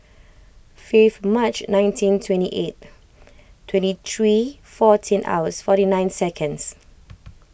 fifth March nineteen twenty eight twenty three fourteen hours forty nine seconds